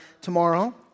tomorrow